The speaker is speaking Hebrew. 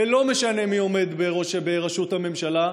ולא משנה מי עומד בראשות הממשלה,